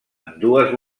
ambdues